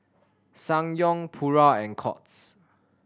Ssangyong Pura and Courts